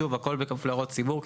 שוב, הכל בכפוף להערות הציבור.